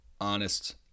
honest